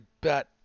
bet